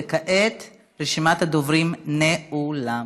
וכעת רשימת הדוברים נעולה.